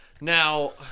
Now